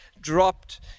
dropped